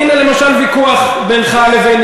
הנה, למשל, ויכוח בינינו.